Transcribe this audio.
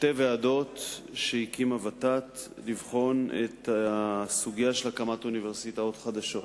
שתי ועדות שהקימה ות"ת לבחון את הסוגיה של הקמת אוניברסיטאות חדשות.